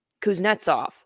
Kuznetsov